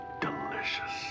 delicious